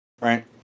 right